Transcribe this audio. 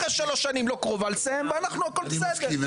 אחרי שלוש שנים לא קרובה לסיים ואנחנו הכל בסדר,